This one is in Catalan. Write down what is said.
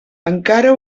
encara